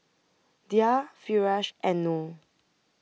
Dhia Firash and Noh